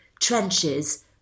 trenches